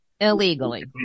Illegally